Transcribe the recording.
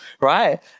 right